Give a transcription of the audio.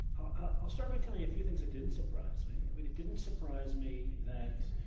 i'll start by telling a few things that didn't surprise me. i mean it didn't surprise me that